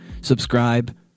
subscribe